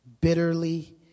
bitterly